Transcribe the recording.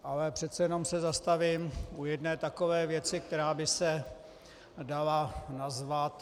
Ale přece jenom se zastavím u jedné takové věci, která by se dala nazvat...